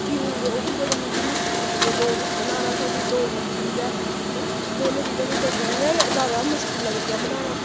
घ्यूर ओह् बी मिगी बड़े मिगी मुश्कल लगदे बनाना साढ़ी डोगरी चीज ऐ एह् दौनें चीजां मिगी बड़ियां गै जैदा मुश्कल लगदियां बनाना